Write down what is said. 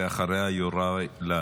אחריה, יוראי להב.